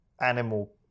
animal